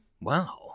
wow